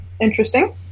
Interesting